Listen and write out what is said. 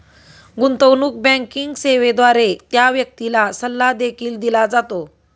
गुंतवणूक बँकिंग सेवेद्वारे त्या व्यक्तीला सल्ला देखील दिला जातो